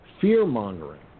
fear-mongering